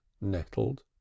nettled